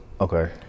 Okay